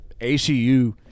ACU